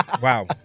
wow